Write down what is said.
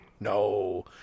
No